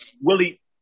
Willie –